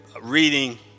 reading